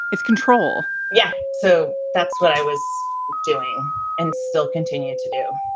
it's control yeah, so that's what i was doing and still continue to do